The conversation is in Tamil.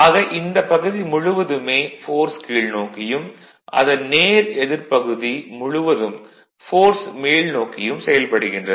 ஆக இந்தப் பகுதி முழுவதுமே ஃபோர்ஸ் கீழ்நோக்கியும் அதன் நேர் எதிர் பகுதி முழுவதும் ஃபோர்ஸ் மேல்நோக்கியும் செயல்படுகின்றது